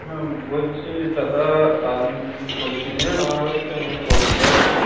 হ্যাঁ বলছি যে দাদা আপনি কি কি সবজি নেবেন আমার কাছ থেকে অনেক সবজি আছে